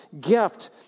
gift